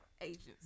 agents